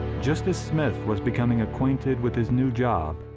just as smith was becoming acquainted with his new job,